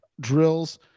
drills